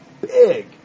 big